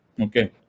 Okay